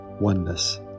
oneness